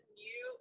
new